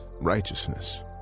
righteousness